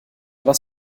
was